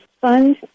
Fund